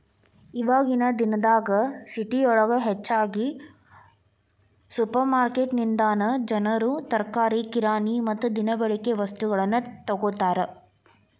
ಇವಾಗಿನ ದಿನದಾಗ ಸಿಟಿಯೊಳಗ ಹೆಚ್ಚಾಗಿ ಸುಪರ್ರ್ಮಾರ್ಕೆಟಿನಿಂದನಾ ಜನರು ತರಕಾರಿ, ಕಿರಾಣಿ ಮತ್ತ ದಿನಬಳಿಕೆ ವಸ್ತುಗಳನ್ನ ತೊಗೋತಾರ